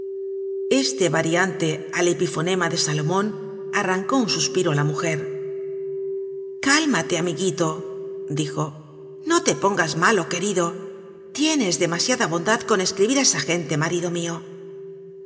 este variante al epifonema de salomon arrancó un suspiro á la mujer cálmate amiguito dijo no te pongas malo querido tienes demasiada bondad con escribir á esa gente marido mio con